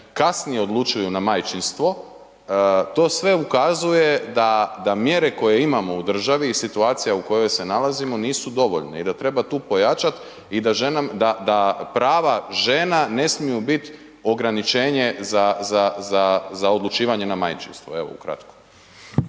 kasnije odlučuju na majčinstvo, to sve ukazuje da mjere koje imamo u državi i situacija u kojoj se nalazimo, nisu dovoljne i da treba tu pojačat i da prava žena ne smiju biti ograničenje za odlučivanje na majčinstvo.